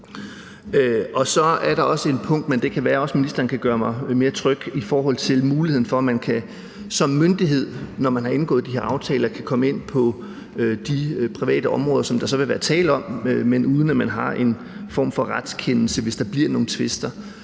Så er der også et punkt – men det kan være, ministeren kan gøre mig mere tryg – i forhold til muligheden for, at man som myndighed, når man har indgået de her aftaler, kan komme ind på de private områder, som der så vil være tale om, men uden at man har en form for retskendelse, hvis der bliver nogen tvister.